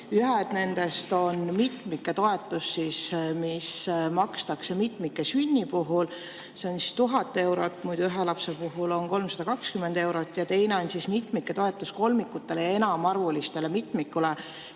Üks nendest on mitmike toetus, mida makstakse mitmike sünni puhul, see on 1000 eurot. Muidu on ühe lapse puhul 320 eurot. Ja teine on mitmike toetus kolmikutele ja enamaarvulistele mitmikele,